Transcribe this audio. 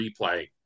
replay